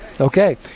okay